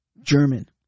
German